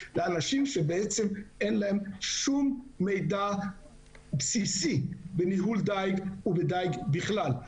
לאנשים שאין להם שום מידע בסיסי בניהול דייג ובדייג בכלל,